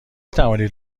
توانید